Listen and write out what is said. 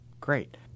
Great